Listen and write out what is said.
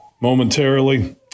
momentarily